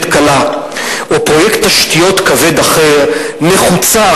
קלה או פרויקט תשתיות כבד אחר נחוצה,